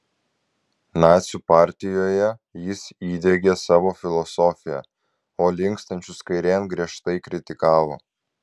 nacių partijoje jis įdiegė savo filosofiją o linkstančius kairėn griežtai kritikavo